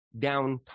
downtime